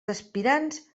aspirants